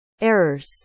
errors